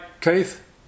Keith